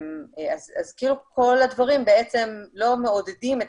אז כאילו כל הדברים בעצם לא מעודדים את